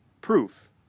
proof